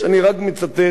אני רק מצטט.